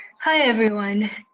hi, everyone.